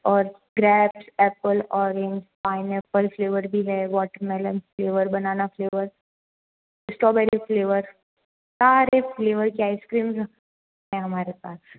और grapes apple orange pineapple flavour भी है watermelon flavour banana flavour strawberry flavour सारे फ्लेवर की आइसक्रीम है हमारे पास